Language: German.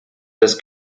das